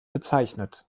bezeichnet